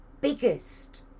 biggest